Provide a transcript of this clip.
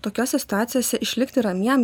tokiose situacijose išlikti ramiem